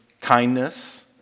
kindness